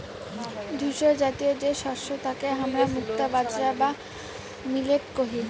ধূসরজাতীয় যে শস্য তাকে হামরা মুক্তা বাজরা বা মিলেট কহি